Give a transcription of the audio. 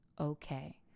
okay